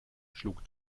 schlug